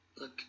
Look